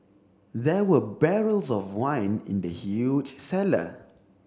there were barrels of wine in the huge cellar